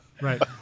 Right